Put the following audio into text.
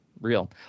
real